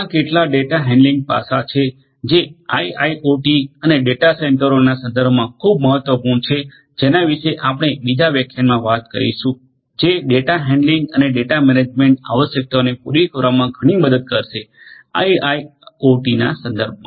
આ કેટલાક data handling પાસાં છે જે આઇઆઇઓટી અને ડેટા સેન્ટરોના સંદર્ભમાં ખૂબ મહત્વપૂર્ણ છે જેના વિશે આપણે બીજા વ્યાખ્યાનમાં વાત કરીશુ જે ડેટા હેન્ડલિંગ અને ડેટા મેનેજમેન્ટ આવશ્યકતાઓને પૂરી કરવામાં ઘણી મદદ કરશે આઇઆઇઆઓટીના સંદર્ભમા